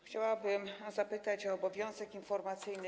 Chciałabym zapytać o obowiązek informacyjny.